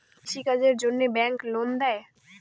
কৃষি কাজের জন্যে ব্যাংক লোন দেয়?